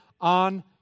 on